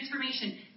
transformation